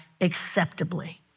acceptably